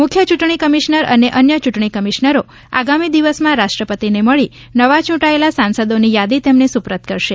મુખ્ય ચૂંટણી કમિશ્નર અને અન્ય ચૂંટણી કમિશ્નરો આગામી દિવસમાં રાષ્ટ્રપતિને મળી ચૂંટાયેલા સાંસદોની યાદી તેમને સુપ્રદ કરશે